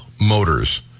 motors